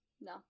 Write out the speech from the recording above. No